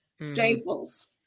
staples